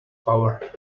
power